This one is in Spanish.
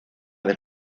del